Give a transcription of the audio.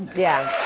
yeah.